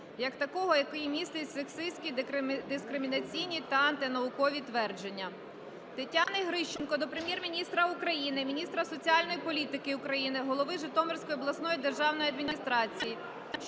як такого, який містить сексистські, дискримінаційні та антинаукові твердження. Тетяни Грищенко до Прем'єр-міністра України, міністра соціальної політики України, голови Житомирської обласної державної адміністрації